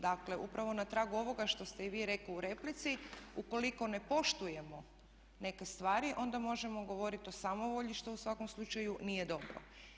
Dakle, upravo na tragu ovoga što ste i vi rekli u replici, ukoliko ne poštujemo neke stvari onda možemo govoriti o samovolji što u svakom slučaju nije dobro.